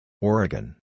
Oregon